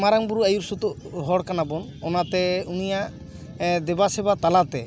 ᱢᱟᱨᱟᱝ ᱵᱳᱨᱳ ᱟᱭᱩᱨ ᱥᱩᱛᱩᱜ ᱦᱚᱲ ᱠᱟᱱᱟ ᱵᱚᱱ ᱚᱱᱟᱛᱮ ᱩᱱᱤᱭᱟᱜ ᱫᱮᱵᱟ ᱥᱮᱵᱟ ᱛᱟᱞᱟᱛᱮ